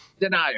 denier